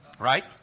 right